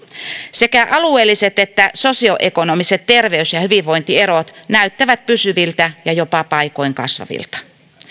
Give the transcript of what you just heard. sekä alueelliset että sosioekonomiset terveys ja hyvinvointierot näyttävät pysyviltä ja jopa paikoin kasvavilta